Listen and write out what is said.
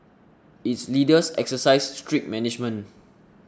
its leaders exercise strict management